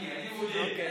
מאשימים אותי אוטומטית.